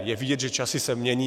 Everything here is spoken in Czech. Je vidět, že časy se mění.